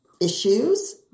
issues